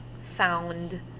found